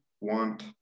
want